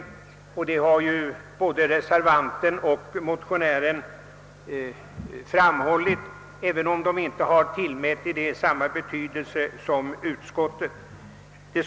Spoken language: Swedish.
Det har också både reservan ten och motionärerna framhållit, även om de inte har tillmätt det samma betydelse som utskottet.